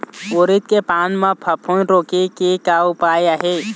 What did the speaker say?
उरीद के पान म फफूंद रोके के का उपाय आहे?